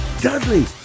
dudley